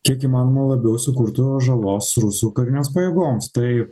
kiek įmanoma labiau sukurtų žalos rusų karinėms pajėgoms tai